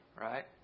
Right